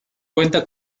cuenta